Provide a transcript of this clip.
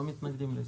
לא מתנגדים לזה.